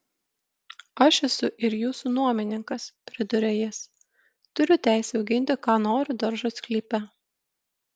aš esu ir jūsų nuomininkas priduria jis turiu teisę auginti ką noriu daržo sklype